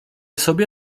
sobie